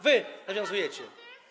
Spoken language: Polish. Wy nawiązujecie.